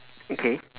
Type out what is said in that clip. okay